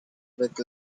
with